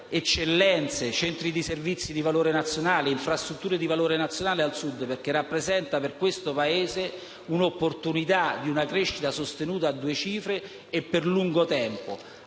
eccellenze e centri di servizi e infrastrutture di valore nazionale al Sud, che rappresenta per questo Paese un'opportunità di crescita sostenuta a due cifre e per lungo tempo.